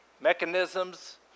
mechanisms